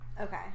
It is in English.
Okay